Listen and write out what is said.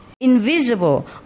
invisible